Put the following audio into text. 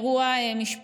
היה אירוע משפחתי,